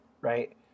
right